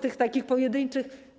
tych takich pojedynczych przedsiębiorców.